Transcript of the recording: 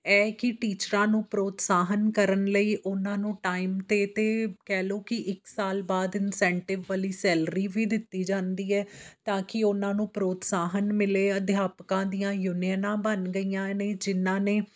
ਇਹ ਕਿ ਟੀਚਰਾਂ ਨੂੰ ਪ੍ਰੋਤਸਾਹਨ ਕਰਨ ਲਈ ਉਹਨਾਂ ਨੂੰ ਟਾਈਮ 'ਤੇ ਤੇ ਕਹਿ ਲਓ ਕਿ ਇੱਕ ਸਾਲ ਬਾਅਦ ਇੰਨਸੈਂਨਟਿਵ ਵਾਲੀ ਸੈਲਰੀ ਵੀ ਦਿੱਤੀ ਜਾਂਦੀ ਹੈ ਤਾਂ ਕਿ ਉਹਨਾਂ ਨੂੰ ਪ੍ਰੋਤਸਾਹਨ ਮਿਲੇ ਅਧਿਆਪਕਾਂ ਦੀਆਂ ਯੂਨੀਅਨਾਂ ਬਣ ਗਈਆਂ ਨੇ ਜਿਨ੍ਹਾਂ ਨੇ